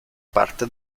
parte